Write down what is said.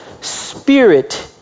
spirit